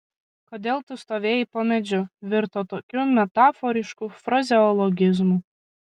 kodėl tu stovėjai po medžiu virto tokiu metaforišku frazeologizmu